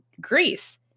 Greece